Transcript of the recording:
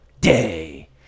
day